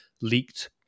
leaked